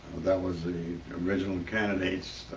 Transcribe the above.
that was the original candidates